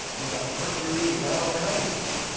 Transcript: you got mercury, you got all kinds of stuff,